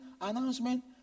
announcement